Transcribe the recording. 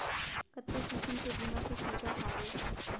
कतका किसिम के बीमा के सुविधा हावे?